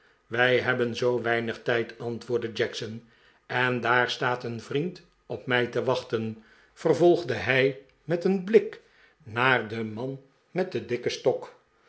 wij hebben zoo weinig tijd antwoordde jackson en daar staat een vriend op mij te wachten vervolgde hij met een blik naar den man met den dikken stok